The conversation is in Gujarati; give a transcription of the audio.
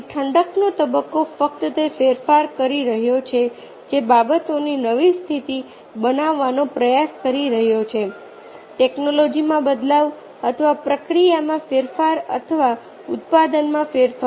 પછી ઠંડકનો તબક્કો ફક્ત તે ફેરફાર કરી રહ્યો છે જે બાબતોની નવી સ્થિતિ બનાવવાનો પ્રયાસ કરી રહ્યો છે ટેકનોલોજીમાં બદલાવ અથવા પ્રક્રિયામાં ફેરફાર અથવા ઉત્પાદનમાં ફેરફાર